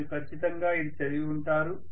మీరు ఖచ్చితంగా ఇది చదివి ఉంటారు